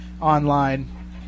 Online